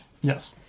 yes